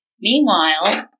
Meanwhile